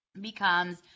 becomes